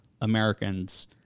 Americans